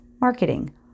marketing